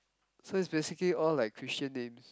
so it's basically all like Christian names